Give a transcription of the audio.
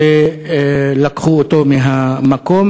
ולקחו אותו מהמקום.